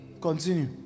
continue